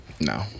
No